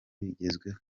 bigezweho